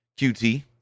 QT